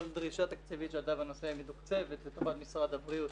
כל דרישה תקציבית שעלתה בנושא מתוקצבת לטובת משרד הבריאות.